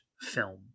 film